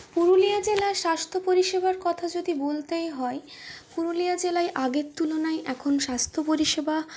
পুরুলিয়া জেলার স্বাস্থ্য পরিষেবার কথা যদি বলতেই হয় পুরুলিয়া জেলায় আগের তুলনায় এখন স্বাস্থ্য পরিষেবা